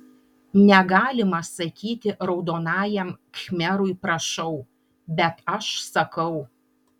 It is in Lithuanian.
negalima sakyti raudonajam khmerui prašau bet aš sakau